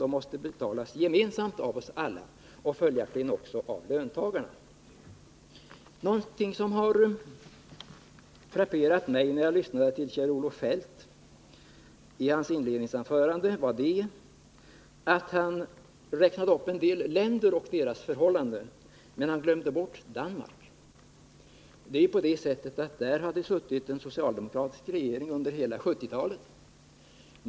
De måste betalas gemensamt av oss alla — följaktligen också av löntagarna. Någonting som frapperade mig när jag lyssnade på Kjell-Olof Feldts inledningsanförande var att han räknade upp en del länder och deras förhållanden men glömde bort Danmark. Där har det suttit en socialdemokratisk regering under hela 1970-talet.